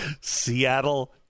Seattle